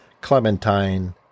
Clementine